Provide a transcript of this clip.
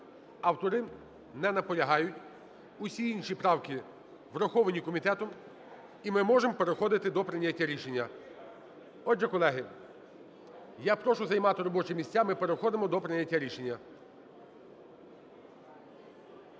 Автори не наполягають. Усі інші правки враховані комітетом, і ми можемо переходити до прийняття рішення. Отже, колеги, я прошу займати робочі місця, ми переходимо до прийняття рішення.